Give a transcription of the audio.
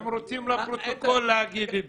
הם רוצים לפרוטוקול להגיד את זה.